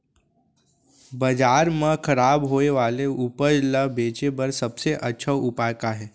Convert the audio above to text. बाजार मा खराब होय वाले उपज ला बेचे बर सबसे अच्छा उपाय का हे?